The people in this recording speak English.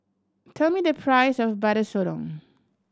tell me the price of Butter Sotong